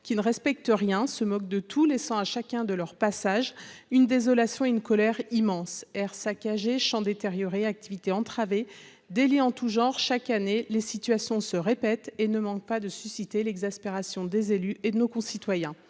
qui ne respectent rien, se moque de tous les sans-à chacun de leur passage une désolation une colère immense aire saccagée détérioré activité entravée délits en tout genre, chaque année, les situations se répètent et ne manque pas de susciter l'exaspération des élus et de nos concitoyens